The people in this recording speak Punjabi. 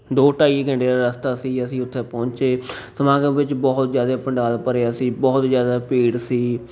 ਦੋ ਢਾਈ ਘੰਟੇ ਦਾ ਰਸਤਾ ਸੀ ਅਸੀਂ ਉੱਥੇ ਪਹੁੰਚੇ ਸਮਾਗਮ ਵਿੱਚ ਬਹੁਤ ਜ਼ਿਆਦੇ ਪੰਡਾਲ ਭਰਿਆ ਸੀ ਬਹੁਤ ਜ਼ਿਆਦਾ ਭੀੜ ਸੀ